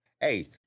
hey